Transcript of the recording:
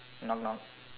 knock knock